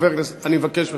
אני מבקש ממך.